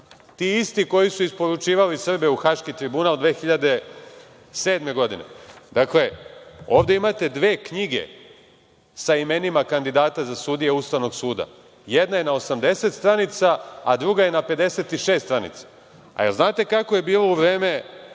ti isti koji su isporučivali Srbe u Haški tribunal 2007. godine. Dakle, ovde imate dve knjige sa imenima kandidata za sudije Ustavnog suda, jedna je na 80 stranica, a druga je na 56 stranica. A da li znate kako je bilo u vreme